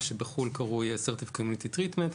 מה שבחו"ל קרוי Assertive community treatment,